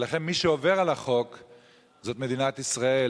ולכן מי שעובר על החוק זאת מדינת ישראל,